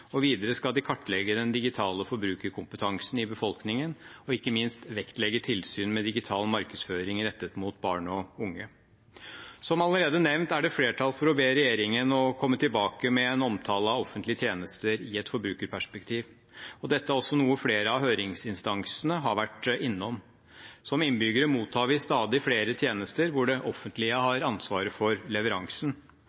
Videre skal den kartlegge den digitale forbrukerkompetansen i befolkningen og ikke minst vektlegge tilsyn med digital markedsføring rettet mot barn og unge. Som allerede nevnt er det flertall for å be regjeringen om å komme tilbake med en omtale av offentlige tjenester i et forbrukerperspektiv. Dette er også noe flere av høringsinstansene har vært innom. Som innbyggere mottar vi stadig flere tjenester hvor det offentlige